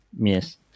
Yes